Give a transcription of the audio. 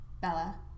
Bella